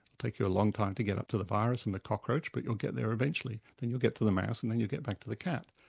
take you a long time to get up to the virus and the cockroach but you'll get there eventually. then you get to the mouse and then you get back to the cat.